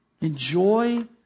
Enjoy